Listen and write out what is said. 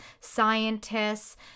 scientists